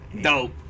Dope